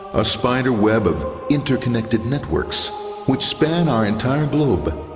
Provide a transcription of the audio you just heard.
a spider web of interconnected networks which span our entire globe.